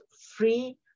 free